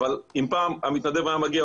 אבל אם פעם המתנדב היה מגיע,